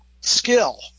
skill